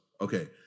okay